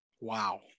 Wow